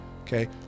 okay